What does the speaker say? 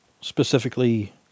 specifically